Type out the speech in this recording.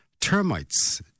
Termites